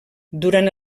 durant